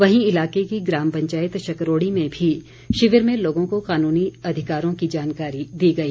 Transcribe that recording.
वहीं इलाके की ग्राम पंचायत शकरोड़ी में भी शिविर में लोगों को कानूनी अधिकारों की जानकारी दी गई